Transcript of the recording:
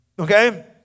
Okay